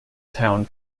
town